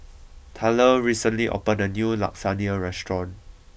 Tylor recently opened a new Lasagna restaurant